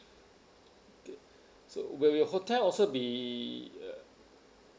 good so will the hotel also be